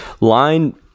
line